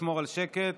שקט.